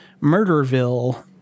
Murderville